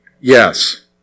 yes